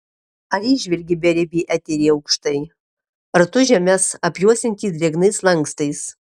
ar įžvelgi beribį eterį aukštai ratu žemes apjuosiantį drėgnais lankstais